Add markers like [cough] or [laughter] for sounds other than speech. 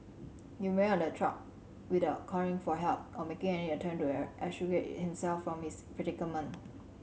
he remained on the track without calling for help or making any attempt to [unintelligible] extricate himself from his predicament